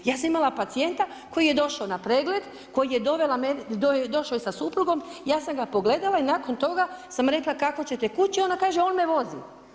Ja sam imala pacijenta koji je došao na pregled, koji je došao sa suprugom, ja sam ga pogledala i nakon toga sam rekla kako ćete kući a ona kaže on me vozi.